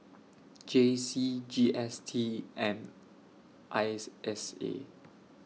J C G S T and S S A